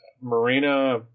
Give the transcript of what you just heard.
Marina –